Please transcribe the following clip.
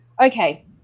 okay